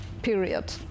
period